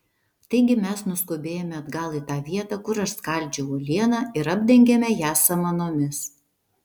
taigi mes nuskubėjome atgal į tą vietą kur aš skaldžiau uolieną ir apdengėme ją samanomis